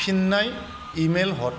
फिननाय इमेल हर